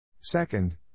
Second